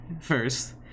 first